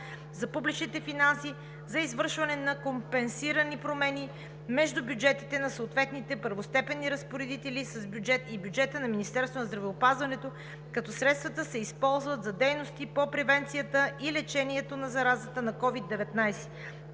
за публичните финанси за извършване на компенсирани промени между бюджетите на съответните първостепенни разпоредители с бюджет и бюджета на Министерството на здравеопазването, като средствата се използват за дейности по превенцията и лечението на заразата с COVID-19.